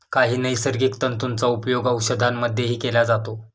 काही नैसर्गिक तंतूंचा उपयोग औषधांमध्येही केला जातो